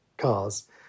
Cars